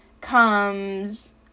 comes